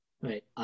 right